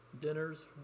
dinners